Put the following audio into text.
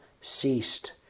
ceased